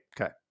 okay